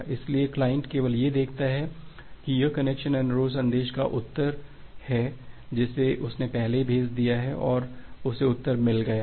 इसलिए क्लाइंट केवल यह देखता है कि यह कनेक्शन अनुरोध संदेश का उत्तर है जिसे उसने पहले ही भेज दिया है और उसे उत्तर मिल गया है